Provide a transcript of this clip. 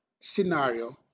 scenario